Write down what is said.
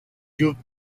youth